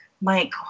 Mike